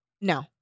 no